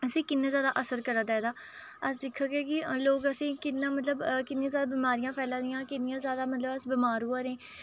असें कि'न्ना जादा असर करा दा एह्दा अस दिक्खगे कि लोक असें ई कि'न्ना मतलब कि'न्नी जादा बमारियां फैला दियां कि'न्नियां जादा अस मतलब बीमार होआ दे